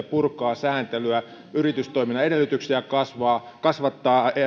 purkaa sääntelyä yritystoiminnan edellytyksiä kasvattaa